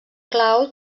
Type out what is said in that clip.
clau